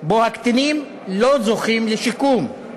שבו הקטינים לא זוכים לשיקום.